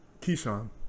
Keyshawn